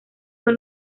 son